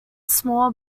small